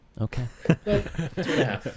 okay